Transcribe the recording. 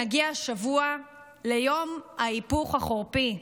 נגיע השבוע ליום ההיפוך החורפי,